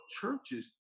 churches